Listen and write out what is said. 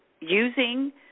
using